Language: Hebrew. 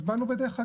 אז באנו בדרך המלך.